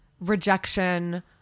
rejection